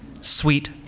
Sweet